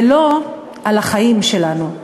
ולא על החיים שלנו.